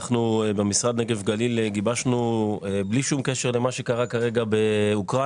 אנחנו במשרד נגב גליל גיבשנו בלי שום קשר למה שקרה כרגע באוקראינה,